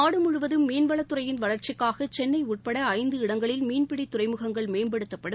நாடு முழுவதம் மீன்வளத்துறையின் வளர்ச்சிக்காக சென்னை உட்பட ஐந்து இடங்களில் மீன்பிடி துறைமுகங்கள் மேம்படுத்தப்படும்